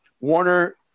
warner